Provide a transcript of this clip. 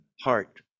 heart